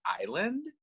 Island